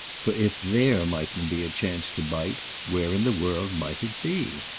for if there mightn't be a chance to bite, where in the world might it be?